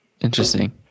Interesting